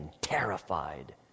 terrified